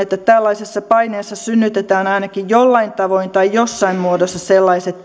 että tällaisessa paineessa synnytetään ainakin jollain tavoin tai jossain muodossa sellaiset